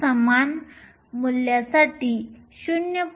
p समान मूल्यासाठी 0